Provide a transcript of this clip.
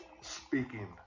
speaking